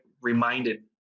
reminded